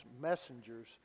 messengers